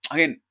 Again